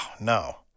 no